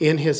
in his